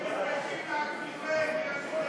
ההצעה להעביר את הנושא לוועדה לא נתקבלה.